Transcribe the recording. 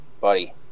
buddy